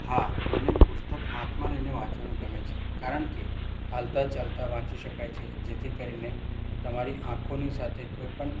હા મને પુસ્તક હાથમાં લઈને વાંચવાનું ગમે છે કારણ કે હાલતાં ચાલતાં વાંચી શકાય છે જેથી કરીને તમારી આંખોની સાથે કોઈપણ